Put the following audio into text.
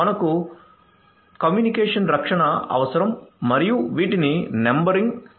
మనకు కమ్యూనికేషన్ రక్షణ అవసరం మరియు వీటిని నంబరింగ్ చేద్దాం